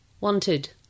Wanted